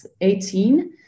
18